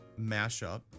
mashup